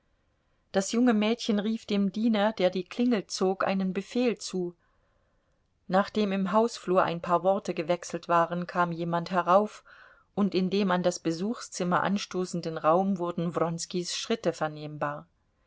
das junge mädchen rief dem diener der die klingel zog einen befehl zu nachdem im hausflur ein paar worte gewechselt waren kam jemand herauf und in dem an das besuchszimmer anstoßenden raum wurden wronskis schritte vernehmbar